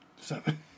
Seven